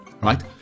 right